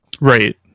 right